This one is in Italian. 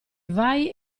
vai